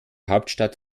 hauptstadt